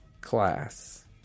class